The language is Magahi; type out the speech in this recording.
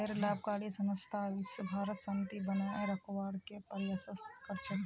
गैर लाभकारी संस्था विशव भरत शांति बनए रखवार के प्रयासरत कर छेक